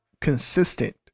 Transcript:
consistent